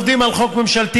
ואנחנו עובדים על חוק ממשלתי,